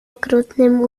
okrutnym